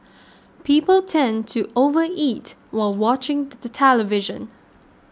people tend to overeat while watching the television